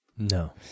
No